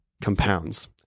compounds